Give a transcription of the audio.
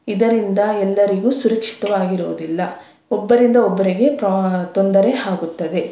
ಇದರಿಂದ ಎಲ್ಲರಿಗು ಸುರಕ್ಷಿತವಾಗಿರೋದಿಲ್ಲ ಒಬ್ಬರಿಂದ ಒಬ್ಬರಿಗೆ ಪ್ರಾ ತೊಂದರೆ ಆಗುತ್ತದೆ